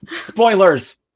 Spoilers